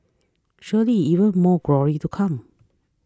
surely even more glory to come